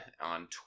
on